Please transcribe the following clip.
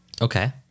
Okay